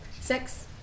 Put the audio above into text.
Six